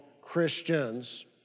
Christians